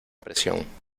presión